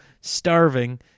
starving